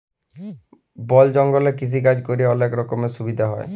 বল জঙ্গলে কৃষিকাজ ক্যরে অলক রকমের সুবিধা হ্যয়